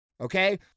Okay